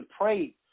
pray